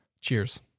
Cheers